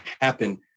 happen